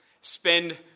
spend